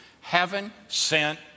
heaven-sent